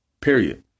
period